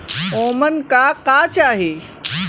ओमन का का चाही?